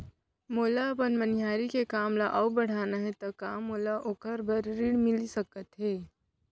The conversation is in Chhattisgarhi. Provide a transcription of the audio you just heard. मोला अपन मनिहारी के काम ला अऊ बढ़ाना हे त का मोला ओखर बर ऋण मिलिस सकत हे?